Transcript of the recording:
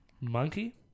Monkey